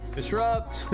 Disrupt